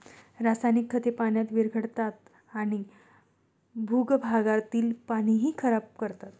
रासायनिक खते पाण्यात विरघळतात आणि भूगर्भातील पाणीही खराब करतात